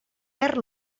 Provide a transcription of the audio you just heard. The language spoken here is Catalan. perd